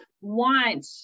want